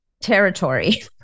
Territory